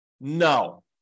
No